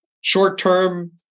short-term